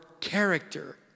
character